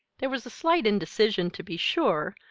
there was a slight indecision, to be sure,